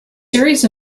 series